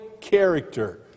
character